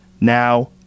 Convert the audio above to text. Now